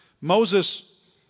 Moses